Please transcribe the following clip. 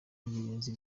birenze